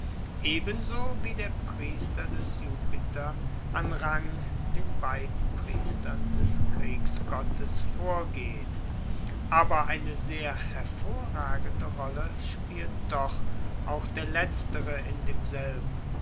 ebenso wie der priester des jupiter an rang den beiden priestern des kriegsgottes vorgeht aber eine sehr hervorragende rolle spielt doch auch der letztere in demselben